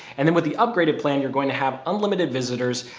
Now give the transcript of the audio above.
and then with the upgraded plan, you're going to have unlimited visitors,